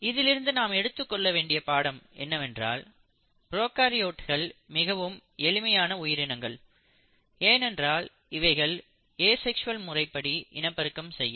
இதிலிருந்து நாம் எடுத்துக் கொள்ள வேண்டிய பாடம் என்னவென்றால் ப்ரோகாரியோட்கள் மிகவும் எளிமையான உயிரினங்கள் ஏனென்றால் இவைகள் ஏசெக்ஸ்வல் முறைப்படி இனப்பெருக்கம் செய்யும்